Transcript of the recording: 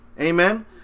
amen